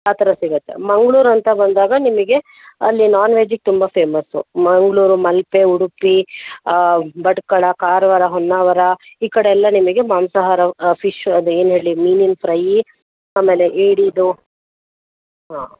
ಆ ಥರ ಸಿಗುತ್ತೆ ಮಂಗ್ಳೂರು ಅಂತ ಬಂದಾಗ ನಿಮಗೆ ಅಲ್ಲಿ ನಾನ್ವೆಜ್ಜಿಗೆ ತುಂಬ ಫೇಮಸ್ಸು ಮಂಗಳೂರು ಮಲ್ಪೆ ಉಡುಪಿ ಭಟ್ಕಳ ಕಾರವಾರ ಹೊನ್ನಾವರ ಈ ಕಡೆ ಎಲ್ಲ ನಿಮಗೆ ಮಾಂಸಹಾರ ಫಿಶ್ ಅದು ಏನು ಹೇಳಿ ಮೀನಿನ ಫ್ರೈಯ್ಯಿ ಆಮೇಲೆ ಏಡಿದು ಹಾಂ